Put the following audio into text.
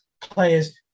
players